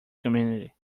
community